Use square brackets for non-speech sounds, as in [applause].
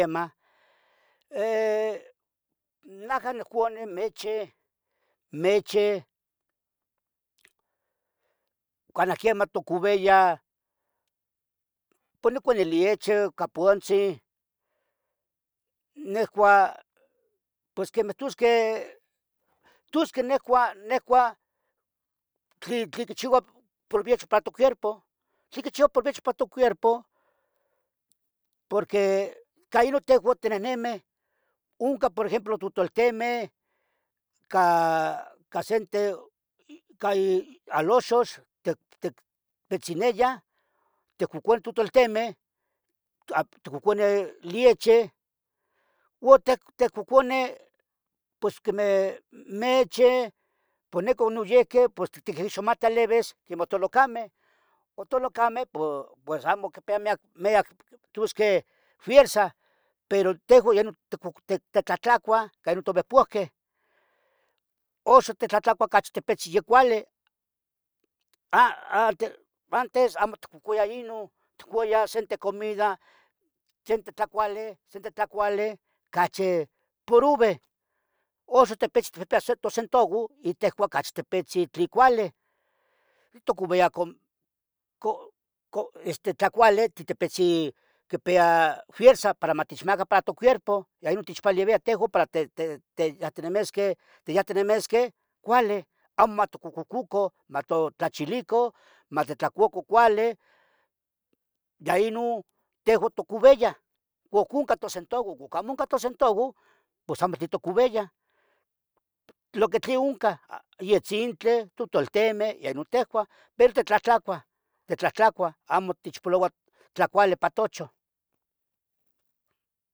[hesitation] Naja niccoua neche, neche canah quemah toocoviah, puh niconi lieche ca puntzin nehua quemeh tosqueh nicua tlen quichiua provecho. tlen quichiua provecho pa tocuerpo porque ca inon tehjun tinehnemih onten por ejemplo totoltimeh ca sente ca aloxox ticpetzineah tiquincouah totoltiemeh, ticoneh liche uo ticoconeh pos quemeh nieche pos nican noyeuqui tiquixomatih lalevis quemih tolocameh, tolocameh pos amo quipeya meyac fieza, pero tejuan titlatlacuah tovehpohqueh. Aaxan titlahtlacuah ocachi tepetzin ya cuali. Antes amo otcouayah inon, otcuayah sente comida, sente tlacuali, sente tlacuali cachi poroveh axan yatpiya tosentaguo uo tejuan tipitzin tlin cuali tocoviah [hesitation] tlacuali tipetzin quipeya fierza matechmaca para tocuerpo uo inon techpalevia pa tiyahtinimisqueh cualih, amo matimococan matotlachilican matitlacuacan cuali ya ino tehuan tocoviah uo oncah tosentaguo pos amo timocoviah, lo que tlen oncah yetzintli, totultimeh yeh non tihcuah pero titlahtlacuah, titlahtlacuah, amo techpoloua tlacuali pa tochan.